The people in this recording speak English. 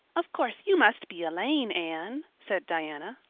of course you must be elaine, anne, said diana.